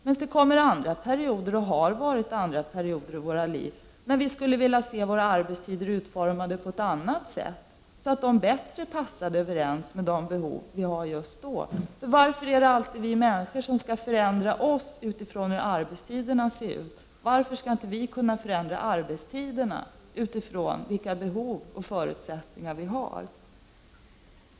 Sedan kommer det andra perioder i vårt liv, och det har ju också funnits andra perioder tidigare, då vi skulle vilja se våra arbetstider utformade på ett annat sätt, så att de bättre passar överens med de behov som föreligger vid den ifrågavarande tidpunkten. Varför är det alltid vi människor som skall förändra oss med hänsyn till arbetstiderna? Varför skall inte vi kunna förändra arbetstiderna med hänsyn till de behov och förutsättningar som vi har?